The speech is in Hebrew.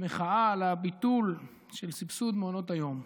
במחאה על הביטול של סבסוד מעונות היום.